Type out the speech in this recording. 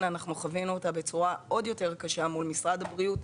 אנחנו חווינו אותה בצורה עוד יותר קשה מול משרד הבריאות,